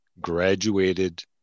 graduated